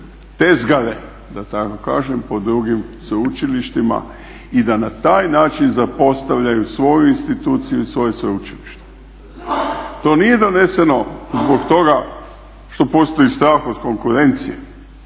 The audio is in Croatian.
tezgare da tako kažem po drugim sveučilištima i da na taj način zapostavljaju svoju instituciju i svoje sveučilište. To nije doneseno zbog toga što postoji strah od konkurencije